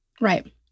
Right